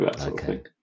Okay